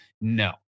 no